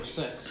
six